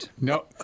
No